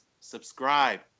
Subscribe